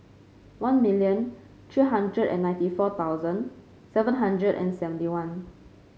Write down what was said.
one million three hundred and ninety four thousand seven hundred and seventy one